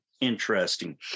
interesting